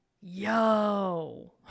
Yo